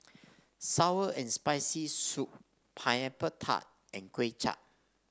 sour and Spicy Soup Pineapple Tart and Kway Chap